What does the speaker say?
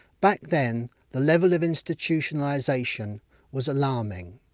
back then, the level of institutionalisation was alarming.